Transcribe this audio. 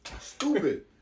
stupid